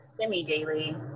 semi-daily